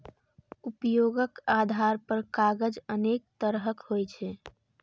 उपयोगक आधार पर कागज अनेक तरहक होइ छै